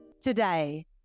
today